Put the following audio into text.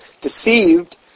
deceived